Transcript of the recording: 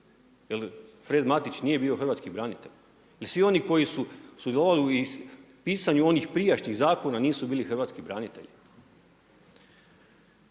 Jel Fred Matić nije bio hrvatski branitelj ili svi oni koji su sudjelovali u pisanju onih prijašnjih zakona nisu bili hrvatski branitelji?